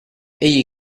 egli